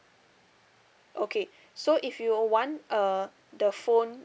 okay so if you would want uh the phone